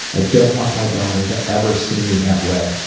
i don't want my daughter to ever see me that way.